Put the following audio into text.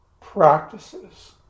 practices